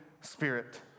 Spirit